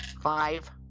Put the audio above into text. Five